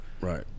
Right